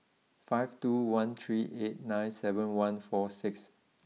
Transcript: five two one three eight nine seven one four six